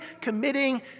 committing